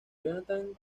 jonathan